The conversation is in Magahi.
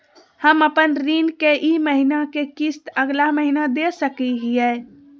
हम अपन ऋण के ई महीना के किस्त अगला महीना दे सकी हियई?